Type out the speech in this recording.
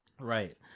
Right